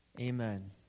Amen